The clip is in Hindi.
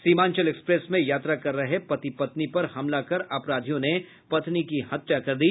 सीमांचल एक्सप्रेस में यात्रा कर रहे पति पत्नी पर हमला कर अपराधियों ने पत्नी की हत्या कर दी